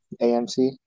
AMC